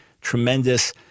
tremendous